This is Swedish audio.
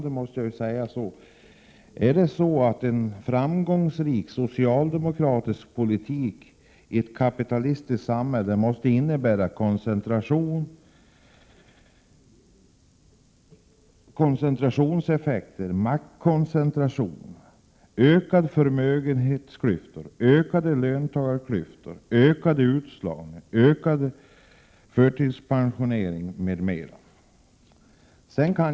Jag skulle vilja fråga Lars Ulander: Måste en framgångsrik socialdemokratisk politik i ett kapitalistiskt samhälle innebära maktkoncentration och andra koncentrationstendenser, ökade förmögenhetsklyftor, ökade löntagarklyftor, ökad utslagning, ökad förtidspensionering, m.m.?